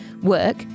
work